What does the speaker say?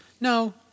No